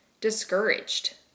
discouraged